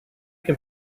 can